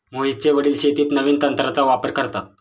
मोहितचे वडील शेतीत नवीन तंत्राचा वापर करतात